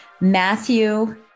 Matthew